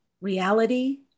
reality